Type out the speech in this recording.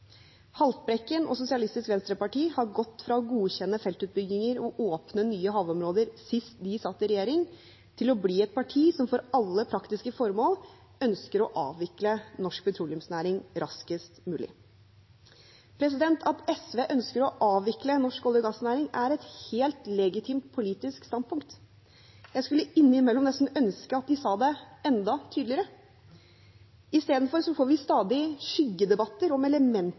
Haltbrekken og SV har gått fra å godkjenne feltutbygginger og åpne nye havområder da de satt i regjering, til å bli et parti som for alle praktiske formål ønsker å avvikle norsk petroleumsnæring raskest mulig. At SV ønsker å avvikle norsk olje- og gassnæring, er et helt legitimt politisk standpunkt. Jeg skulle innimellom nesten ønske at de sa det enda tydeligere. Isteden får vi stadig skyggedebatter om elementer